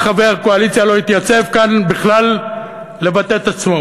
אף חבר קואליציה לא התייצב כאן בכלל לבטא את עצמו.